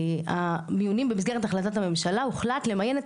המיונים במסגרת החלטת הממשלה הוחלט למיין את